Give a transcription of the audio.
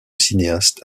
cinéaste